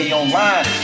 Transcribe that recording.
online